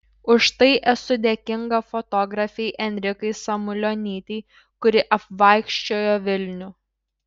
už tai esu dėkinga fotografei enrikai samulionytei kuri apvaikščiojo vilnių